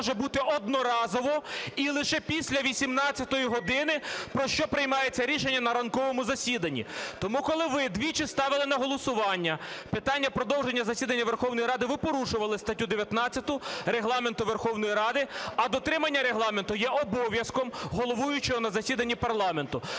дотримання Регламенту є обов'язком головуючого на засіданні парламенту.